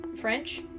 French